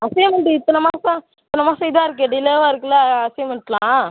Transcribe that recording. assignment இத்தனை மாதம் இத்தனை மாதம் இதாக இருக்கே டிலேவாக இருக்குல அசைமெண்ட்லாம்